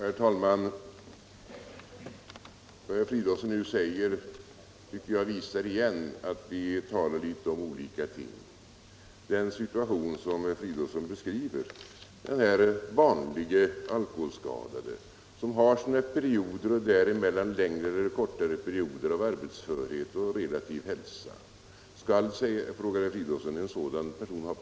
Herr talman! Vad herr Fridolfsson nu säger visar igen att vi talar om olika ting. Herr Fridolfsson beskriver en vanlig alkoholskadad, som har sina perioder när han dricker och där emellan längre eller kortare perioder av arbetsförhet och relativ hälsa. Skall alltså en sådan människa ha pension, frågar herr Fridolfsson.